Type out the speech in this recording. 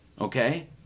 okay